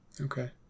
Okay